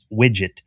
widget